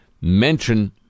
mention